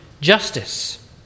justice